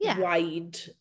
wide